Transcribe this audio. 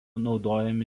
naudojami